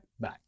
Bye